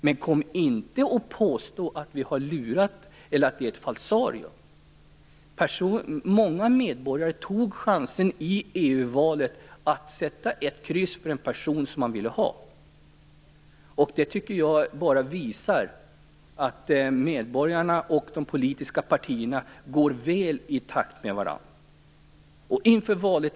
Men kom inte och påstå att det är ett falsarium! Många medborgare tog chansen i EU-valet att sätta ett kryss för en person som de ville ha. Det tycker jag visar att medborgarna och de politiska partierna går väl i takt med varandra.